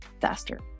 faster